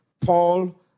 Paul